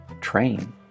train